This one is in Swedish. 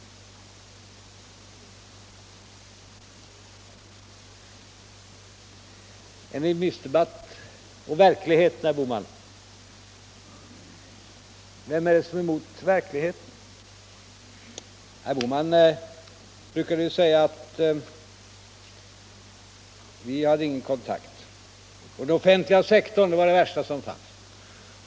Och så till talet om verkligheten! Vem är det som är emot verkligheten, herr Bohman? Herr Bohman brukade säga att vi inte hade någon kontakt med verkligheten och att den offentliga sektorn var det värsta som fanns.